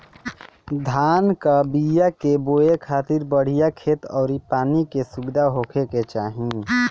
धान कअ बिया के बोए खातिर बढ़िया खेत अउरी पानी के सुविधा होखे के चाही